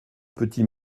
petit